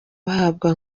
bahabwa